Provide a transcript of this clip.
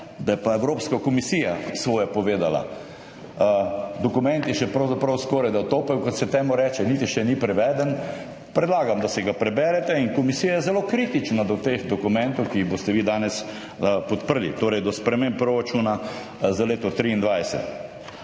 2023, Evropska komisija svoje povedala. Dokument je še pravzaprav skorajda topel, kot se temu reče, niti še ni preveden. Predlagam, da si ga preberete. Komisija je zelo kritična do teh dokumentov, ki jih boste vi danes podprli, torej do sprememb proračuna za leto 2023.